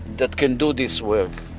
that can do this work,